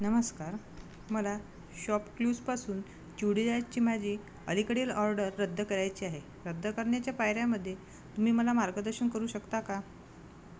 नमस्कार मला शॉपक्लूजपासून चुडीदारची माझी अलीकडील ऑर्डर रद्द करायची आहे रद्द करण्याच्या पायऱ्यांमध्ये तुम्ही मला मार्गदर्शन करू शकता का